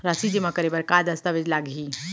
राशि जेमा करे बर का दस्तावेज लागही?